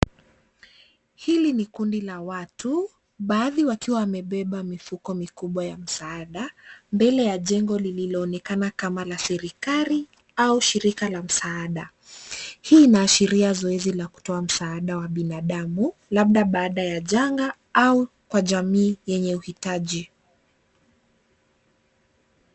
Hili ni kundi la watu baadhi wakiwa wamebeba mifuko mikubwa ya msaada. Mbele ya jengo lililoonekana kama la serikali au shirika la msaada. Hii ina ashiria zoezi la kutoa msaada kwa binadamu labda baada ya janga au kwa jamii yenye uhitaji.